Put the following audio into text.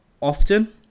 often